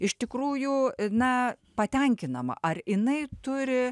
iš tikrųjų na patenkinama ar jinai turi